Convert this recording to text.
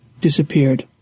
disappeared